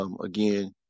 Again